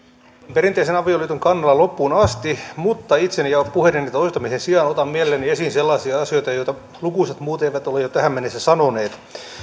perinteisen avioliiton kannalla loppuun asti mutta itseni ja puheideni toistamisen sijaan otan mielelläni esiin sellaisia asioita joita lukuisat muut eivät jo ole tähän mennessä sanoneet